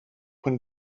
when